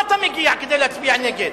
מה אתה מגיע כדי להצביע נגד?